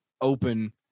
open